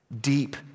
deep